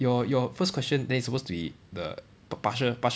your your first question then it supposed to be the p~ partial partial